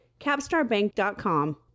capstarbank.com